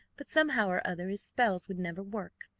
but somehow or other his spells would never work,